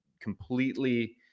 completely